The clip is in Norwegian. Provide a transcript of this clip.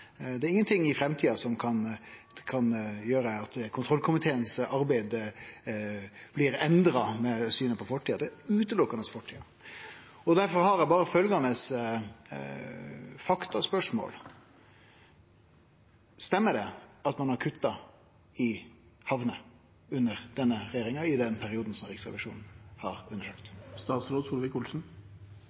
Det er ingenting i framtida som kan gjere at kontrollkomiteen sitt arbeid blir endra i synet på fortida – det er berre fortida. Difor har eg følgjande faktaspørsmål: Stemmer det at ein har kutta i hamner under denne regjeringa, i den perioden som Riksrevisjonen har